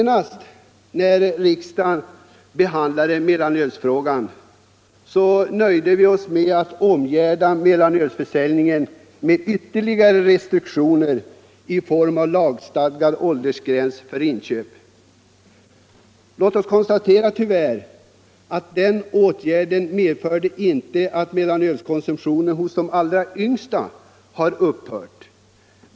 När riksdagen senast behandlade mellanölsfrågan nöjde vi oss med att omgärda mellanölsförsäljningen med ytterligare restriktioner i form av lagstadgad åldersgräns för inköp. Vi kan tyvärr konstatera att denna åtgärd inte medförde att mellanölskonsumtionen hos de allra yngsta har upphört.